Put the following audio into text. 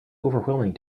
overwhelming